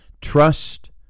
Trust